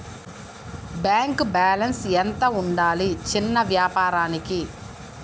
Bank balance ఎంత ఉండాలి చిన్న వ్యాపారానికి?